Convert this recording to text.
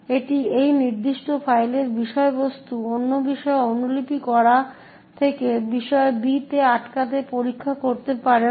এটি এই নির্দিষ্ট ফাইলের বিষয়বস্তু অন্য বিষয়ে অনুলিপি করা থেকে বিষয় B কে আটকাতে পরীক্ষা করতে পারে না